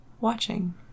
watching